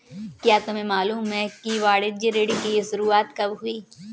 क्या तुम्हें मालूम है कि वाणिज्य ऋण की शुरुआत कब हुई?